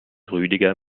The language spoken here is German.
rüdiger